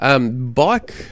bike